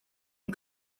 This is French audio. une